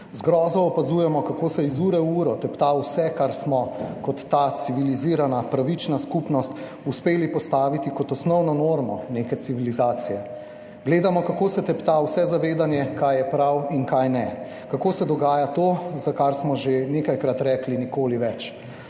Z grozo opazujemo, kako se iz ure v uro tepta vse, kar smo kot ta civilizirana pravična skupnost uspeli postaviti kot osnovno normo neke civilizacije. Gledamo, kako se tepta vse zavedanje, kaj je prav in kaj ne, kako se dogaja to, za kar smo že nekajkrat rekli, nikoli več.